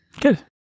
good